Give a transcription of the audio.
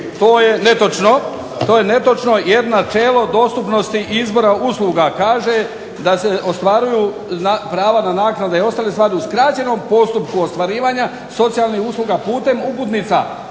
To je netočno, jer načelo dostupnosti izborom usluga kaže da se ostvaruju prava na naknade i ostale stvari u skraćenom postupku ostvarivanja socijalnih usluga putem uputnica